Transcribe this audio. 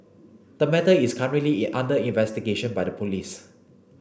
the matter is currently under investigation by the police